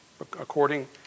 According